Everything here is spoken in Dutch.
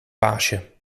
baasje